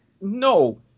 No